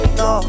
no